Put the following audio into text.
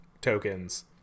tokens